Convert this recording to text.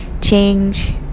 change